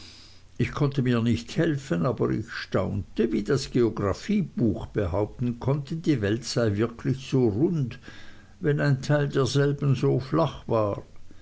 ich konnte mir nicht helfen aber ich staunte wie das geographiebuch behaupten konnte die welt sei wirklich so rund wenn ein teil derselben so flach war